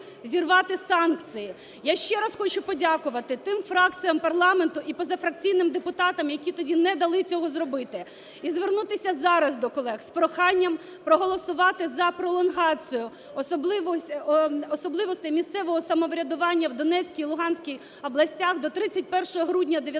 Я ще раз хочу подякувати тим фракціям парламенту і позафракційним депутатам, які тоді не дали цього зробити. І звернутися зараз до колег з проханням проголосувати за пролонгацію особливостей місцевого самоврядування в Донецькій і Луганській областях до 31 грудня 2019 року,